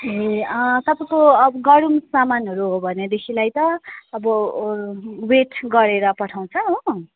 ए तपाईँको अब गह्रौँ सामानहरू हो भनेदेखिलाई त अब वेट गरेर पठाउँछ हो